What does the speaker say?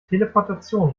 teleportation